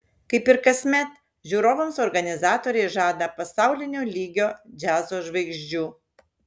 kaip ir kasmet žiūrovams organizatoriai žada pasaulinio lygio džiazo žvaigždžių